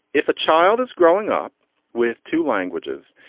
if a child is growing up with two languages,